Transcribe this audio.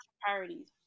priorities